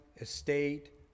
estate